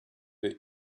the